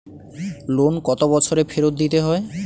Loan কত বছরে ফেরত দিতে হয়?